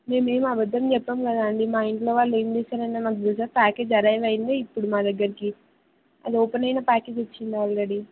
మేమేమి అబద్దం చెప్పాం కదండీ మా ఇంట్లో వాళ్ళు ఏం చేశారన్నది మాకు తెలుసు ప్యాకేజ్ అరైవ అయిందే ఇప్పుడు మా దగ్గరికి అది ఓపెన్ అయిన ప్యాకేజ్ వచ్చింది ఆల్రెడీ